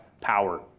power